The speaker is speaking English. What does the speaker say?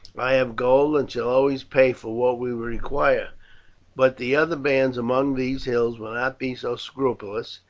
i have gold, and shall always pay for what we require but the other bands among these hills will not be so scrupulous,